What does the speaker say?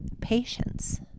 patience